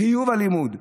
חיוב הלימוד.